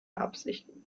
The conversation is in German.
absichten